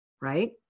Right